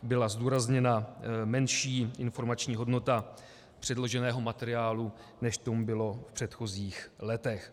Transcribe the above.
Byla zdůrazněna menší informační hodnota předloženého materiálu, než tomu bylo v předchozích letech.